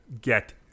get